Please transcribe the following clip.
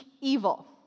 evil